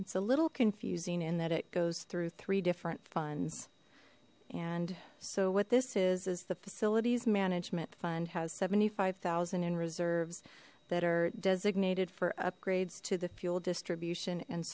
it's a little confusing in that it goes through three different funds and so what this is is the facilities management fund has seventy five thousand in reserves that are designated for upgrades to the fuel distribution and